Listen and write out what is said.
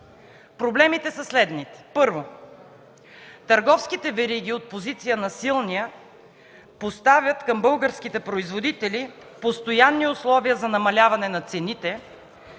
Проблемите са следните. Първо, търговските вериги от позиция на силния поставят към българските производители постоянни условия за намаляване на цените,